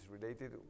related